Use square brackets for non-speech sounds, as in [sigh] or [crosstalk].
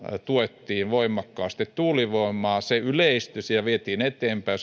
tuettiin voimakkaasti tuulivoimaa se yleistyi ja sitä vietiin eteenpäin [unintelligible]